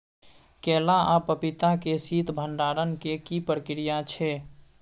केला आ पपीता के शीत भंडारण के की प्रक्रिया छै?